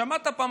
שמעת פעם,